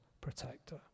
protector